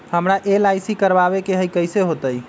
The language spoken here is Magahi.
हमरा एल.आई.सी करवावे के हई कैसे होतई?